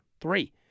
Three